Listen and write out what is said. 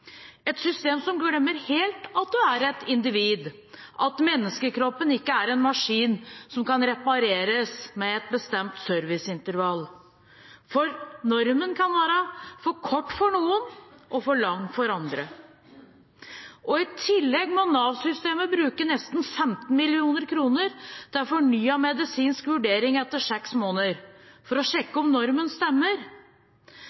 et system som glemmer helt at du er et individ – at menneskekroppen ikke er en maskin som kan repareres med et bestemt serviceintervall. Normen kan være for kort for noen og for lang for andre. I tillegg må Nav-systemet bruke nesten 15 mill. kr til fornyet medisinsk vurdering etter seks måneder, for å sjekke om normen stemmer.